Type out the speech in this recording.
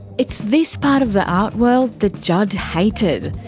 it's this part of the art world that jud hated.